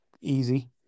easy